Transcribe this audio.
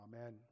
amen